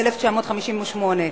הסעד, התשי"ח-1958.